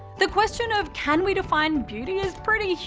the question of can we define beauty? is pretty,